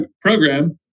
program